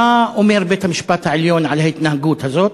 מה אומר בית-המשפט העליון על ההתנהגות הזאת?